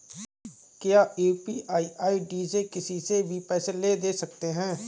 क्या UPI ID से किसी से भी पैसे ले दे सकते हैं?